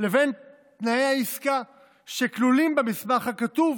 לבין תנאי העסקה שכלולים במסמך הכתוב,